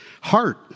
heart